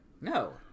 No